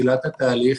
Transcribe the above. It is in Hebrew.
מתחילת התהליך